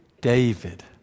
David